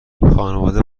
خانواده